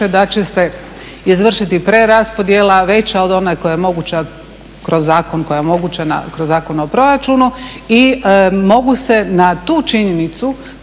da će se izvršiti preraspodjela veća od one koja je moguća kroz Zakon o proračunu. I mogu se na tu činjenicu